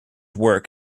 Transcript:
work